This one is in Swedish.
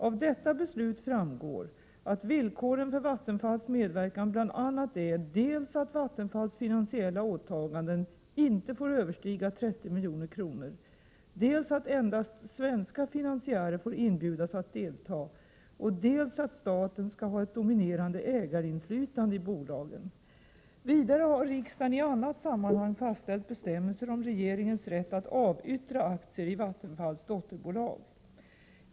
Av detta beslut framgår att villkoren för Vattenfalls medverkan bl.a. är dels att Vattenfalls finansiella åtaganden inte får överstiga 30 milj.kr., dels att endast svenska finansiärer får inbjudas att delta, dels att staten skall ha ett dominerande ägarinflytande i bolagen. Vidare har riksdagen i annat sammanhang fastställt bestämmelser om regeringens rätt att avyttra aktier i Vattenfalls dotterbolag.